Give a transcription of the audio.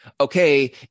okay